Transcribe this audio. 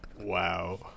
Wow